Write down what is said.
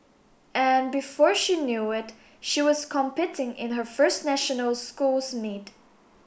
and before she knew it she was competing in her first national schools meet